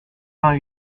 vingt